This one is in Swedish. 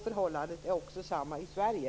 Förhållandet är detsamma också i Sverige.